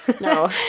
No